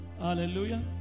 Hallelujah